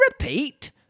repeat